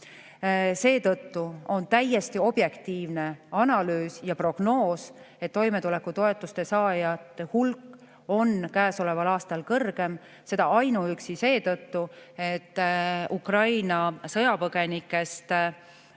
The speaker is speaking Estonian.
Seetõttu on täiesti objektiivne analüüs ja prognoos, et toimetulekutoetuste saajate hulk on käesoleval aastal suurem, seda ainuüksi seetõttu, et Ukraina sõjapõgenike